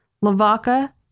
Lavaca